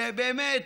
שבאמת